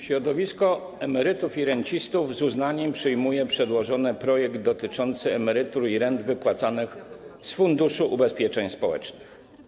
Środowisko emerytów i rencistów z uznaniem przyjmuje przedłożony projekt ustawy dotyczący emerytur i rent wypłacanych z Funduszu Ubezpieczeń Społecznych.